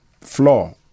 floor